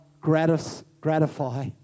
gratify